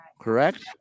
correct